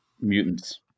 mutants